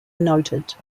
noted